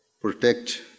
protect